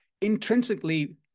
intrinsically